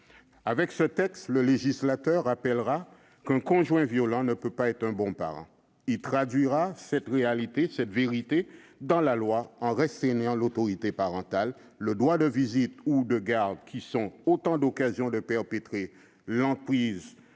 Avec ce texte, le législateur rappellera qu'un conjoint violent ne peut pas être un bon parent. Il traduira cette vérité dans la loi, en restreignant l'autorité parentale et le droit de visite ou de garde qui sont autant d'occasions de perpétuer l'emprise